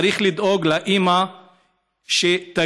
צריך לדאוג לאימא שתגיע,